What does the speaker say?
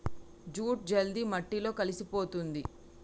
jute జల్ది మట్టిలో కలిసిపోతుంది